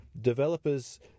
developers